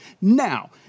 Now